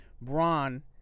Braun